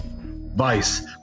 Vice